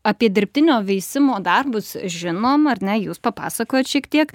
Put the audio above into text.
apie dirbtinio veisimo darbus žinom ar ne jūs papasakojot šiek tiek